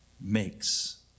makes